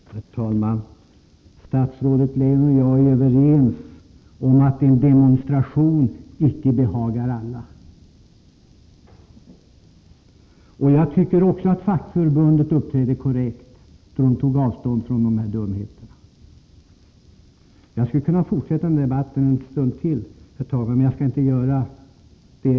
Herr talman! Statsrådet Leijon och jag är överens om att en demonstration inte behagar alla. Jag tycker också att fackförbundet uppträdde korrekt då det tog avstånd från de här dumheterna. Jag skulle kunna fortsätta debatten en stund till, herr talman, men jag skall inte göra det.